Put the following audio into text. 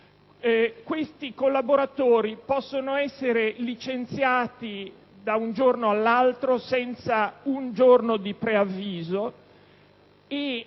Questi collaboratori possono essere licenziati da un giorno all'altro, senza un minimo di preavviso e